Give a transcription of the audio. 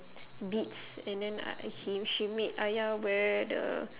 beads and then uh he she made ayah wear the